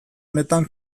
honetan